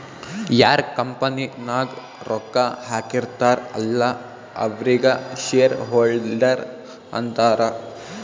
ಯಾರ್ ಕಂಪನಿ ನಾಗ್ ರೊಕ್ಕಾ ಹಾಕಿರ್ತಾರ್ ಅಲ್ಲಾ ಅವ್ರಿಗ ಶೇರ್ ಹೋಲ್ಡರ್ ಅಂತಾರ